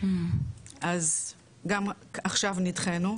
אז גם עכשיו נדחינו,